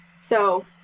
So-